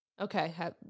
Okay